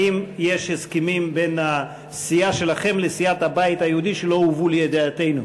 האם יש הסכמים בין הסיעה שלכם לסיעת הבית היהודי שלא הובאו לידיעתנו?